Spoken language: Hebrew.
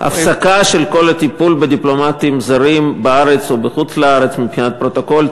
הפסקה של כל הטיפול בדיפלומטים זרים בארץ ובחוץ-לארץ מבחינת פרוטוקול,